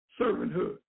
servanthood